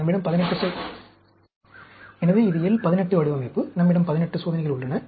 நம்மிடம் 18 சோதனைகள் உள்ளன